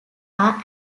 are